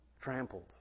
trampled